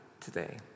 today